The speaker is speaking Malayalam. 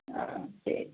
ആ ശരി